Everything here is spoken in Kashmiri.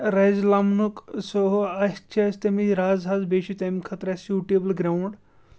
رَزِ لمنُک سُہ ہُہ اَسہِ چھِ رَز حظ بیٚیہِ چھُ تَمہِ خٲطرٕ اَسہِ سیوٗٹیبٕل گرٛاوُنٛڈ